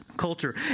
culture